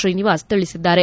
ಶ್ರೀನಿವಾಸ್ ತಿಳಿಸಿದ್ದಾರೆ